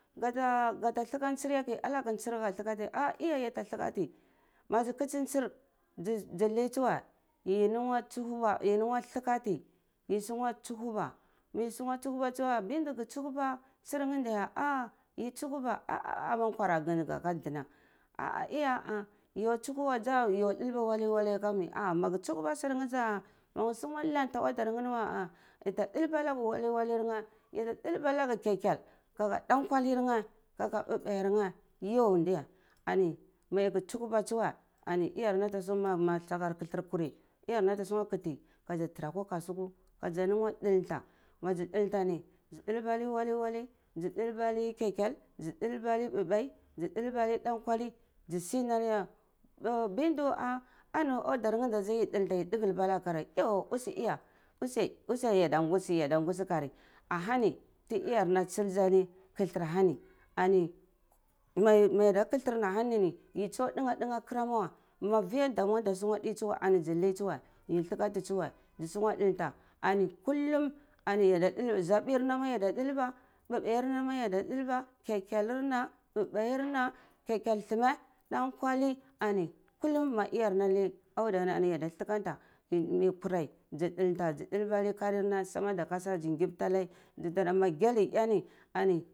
Gata gata thlaka tsar ya keh alleh ga tsar ka kkati a iya yata thlakati mazi kasi tsar zai nei tsuwei ye nuwa tsuhuba yi nuwa lakathi yi suwa tsuhuba me tsuwa tsuhuba tsuwe binto ga tsuhuba tsar ne daya yi tsuhuba aa ama nkwa raga ga ka ndana aa iya a yun tsuhu wa za yo dalba walewale aka meh a maga tsuhoba sur neh za a maga sungwa lama audar ne za yata naga wale waler neh yata dulba nega kekel aka dankwalir ne kaka ba bair ne yoh diye mayi ka tsuhuba tuwe an iyar na ata sunwe ma sakar kathlar kuri iyar na ata sunwe kati ka tarakwa kasuku kaza nugwa ndainta maza danta ni za dulba nei wahe wale za dulba nei kekale zi dalba ne bwa bwa si dulla nei dankwali dzi si nanai a bindo a ani audar ni da yi danta ka dulba naga kari akari yuh useh iya useh yada ngusi yada ngusi kari anahani ti iyarna tsilisi anai kathlar ahani ani mai yada kathlar ni ahani yi tsure danga danga kara kara weh ma viya damu ada sunwe dey suwe ani zi ni tsuwe yi thalkati tsuwe zi tsuhwe danlta kulum ani yada zabirin na ma yada dulba bai bai na ma yada dulba keh kehl reh nama yada dulbwa bai bai ri na kekel thume dankwali ani kulum ma iyar na nei audani yada thlakanta ke mi kurei zi dulba nei karina sama da kasa zi gwuipi anai daga na gyali eh ni.